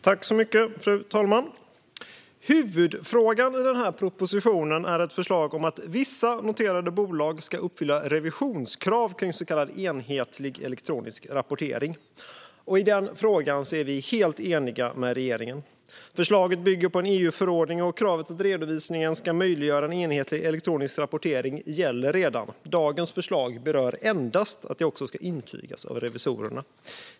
Fru talman! Huvudfrågan i den här propositionen är ett förslag om att vissa noterade bolag ska uppfylla revisionskrav kring så kallad enhetlig elektronisk rapportering. I den frågan är vi helt eniga med regeringen. Förslaget bygger på en EU-förordning, och kravet att redovisningen ska möjliggöra en enhetlig elektronisk rapportering gäller redan. Dagens förslag berör endast att detta också ska intygas av revisorerna.